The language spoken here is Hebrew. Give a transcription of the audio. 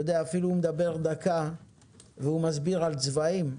הוא מדבר כבר דקה ומסביר על צבעים,